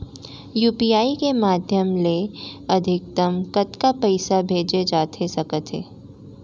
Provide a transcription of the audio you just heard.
UPI के माधयम ले अधिकतम कतका पइसा भेजे जाथे सकत हे?